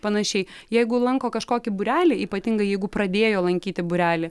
panašiai jeigu lanko kažkokį būrelį ypatingai jeigu pradėjo lankyti būrelį